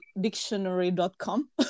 dictionary.com